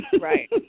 Right